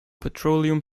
petroleum